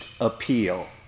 appeal